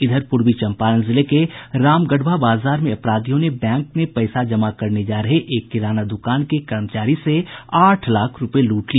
इधर पूर्वी चम्पारण जिले में रामगढ़वा बाजार में अपराधियों ने बैंक में पैसा जमा करने जा रहे एक किराना द्रकान के कर्मचारी से आठ लाख रुपये लूट लिए